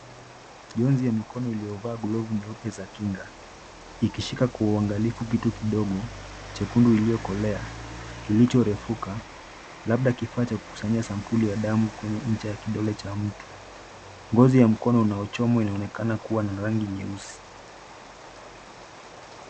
Chonzi ya mikono iliyovaa glovu ya nyeupe za kinga, ikishika kwa uangalifu kitu kidogo chekundu iliyokolea kilichorefuka labda kifaa Cha kukusanya sambuli ya damu kwenye nja ya kidole ya mtu ngozi ya mkono inaonekana kuwa na rangi nyeusi.